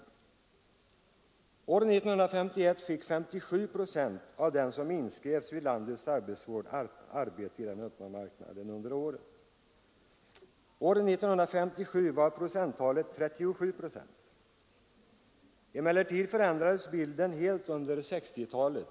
År 1951 fick 57 procent av dem som inskrevs vid landets arbetsvård arbete i den öppna marknaden. År 1957 var procenttalet 37. Emellertid förändrades bilden helt under 1960-talet.